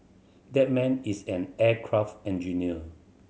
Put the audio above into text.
that man is an aircraft engineer